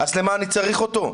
אז למה אני צריך אותו?